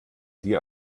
dir